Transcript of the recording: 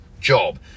job